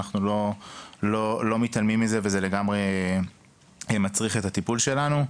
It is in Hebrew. אנחנו לא מתעלמים מזה וזה בהחלט מצריך את הטיפול שלנו.